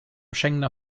schengener